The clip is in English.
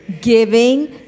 giving